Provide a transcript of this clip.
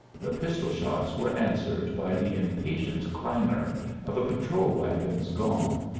the pistol-shots were answered by the impatient clangor of a patrol-wagon's gong,